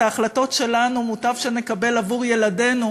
את ההחלטות שלנו מוטב שנקבל עבור ילדינו